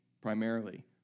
primarily